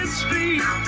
street